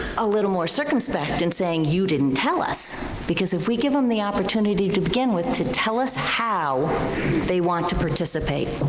a little more circumspect in saying, you didn't tell us because if we give them the opportunity to begin with to tell us how they want to participate.